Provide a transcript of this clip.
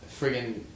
friggin